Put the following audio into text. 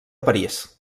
parís